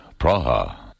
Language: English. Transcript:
Praha